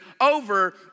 over